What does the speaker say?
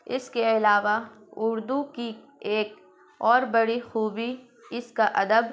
اس کے علاوہ اردو کی ایک اور بڑی خوبی اس کا ادب